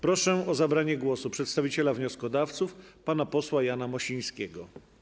Proszę o zabranie głosu przedstawiciela wnioskodawców pana posła Jana Mosińskiego.